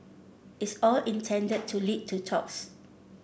it's all intended to lead to talks